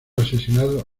asesinado